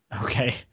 Okay